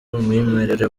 umwimerere